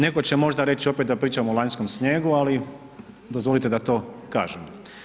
Neko će možda reći opet da pričamo o lanjskom snijegu, ali dozvolite da to kažem.